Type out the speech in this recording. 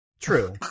True